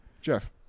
Jeff